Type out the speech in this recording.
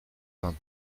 vingt